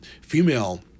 female